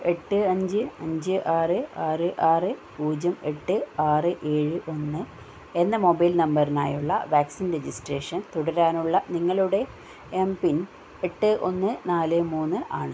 എട്ട് അഞ്ച് അഞ്ച് ആറ് ആറ് ആറ് പൂജ്യം എട്ട് ആറ് ഏഴ് ഒന്ന് എന്ന മൊബൈൽ നമ്പറിനായുള്ള വാക്സിൻ രജിസ്ട്രേഷൻ തുടരുവാനുള്ള നിങ്ങളുടെ എം പിൻ എട്ട് ഒന്ന് നാല് മൂന്ന് ആണ്